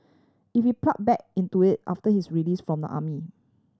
if he plunge back into it after his release from the army